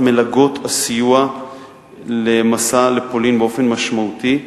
מלגות הסיוע למסע לפולין באופן משמעותי.